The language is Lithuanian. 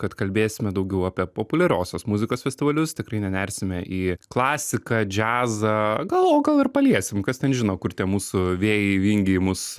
kad kalbėsime daugiau apie populiariosios muzikos festivalius tikrai ne nersime į klasiką džiazą gal o gal ir paliesim kas ten žino kur tie mūsų vėjai vingiai mus